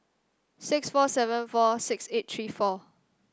six four seven four seven eight three four